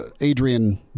adrian